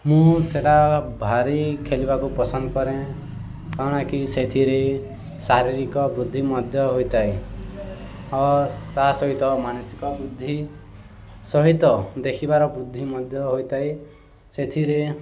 ମୁଁ ସେଟା ଭାରି ଖେଳିବାକୁ ପସନ୍ଦ କରେ କ'ଣକି ସେଥିରେ ଶାରୀରିକ ବୃଦ୍ଧି ମଧ୍ୟ ହୋଇଥାଏ ଓ ତା ସହିତ ମାନସିକ ବୃଦ୍ଧି ସହିତ ଦେଖିବାର ବୃଦ୍ଧି ମଧ୍ୟ ହୋଇଥାଏ ସେଥିରେ